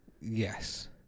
Yes